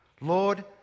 Lord